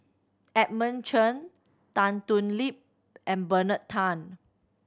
Edmund Chen Tan Thoon Lip and Bernard Tan